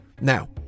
Now